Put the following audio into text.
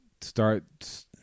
start